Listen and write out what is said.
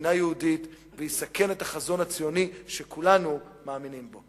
כמדינה יהודית ויסכן את החזון הציוני שכולנו מאמינים בו.